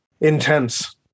intense